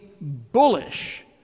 bullish